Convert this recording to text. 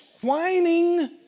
whining